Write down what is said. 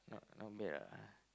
not not bad ah